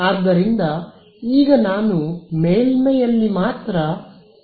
ಆದ್ದರಿಂದ ಈಗ ನಾನು ಮೇಲ್ಮೈಯಲ್ಲಿ ಮಾತ್ರ ಪ್ರವಾಹಗಳನ್ನು ಹೊಂದಲಿದ್ದೇನೆ